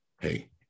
Hey